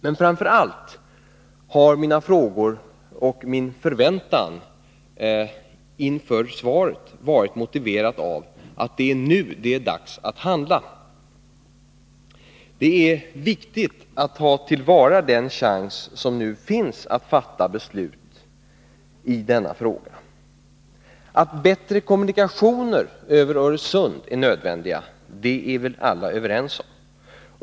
Men framför allt har min interpellation — och min förväntan inför svaret — motiverats av att det är nu som det är dags att handla. Det är viktigt att ta till vara den chans som nu finns att fatta beslut i denna fråga. Att bättre kommunikationer över Öresund är nödvändiga är väl alla överens om.